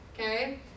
Okay